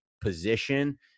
position